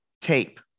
tape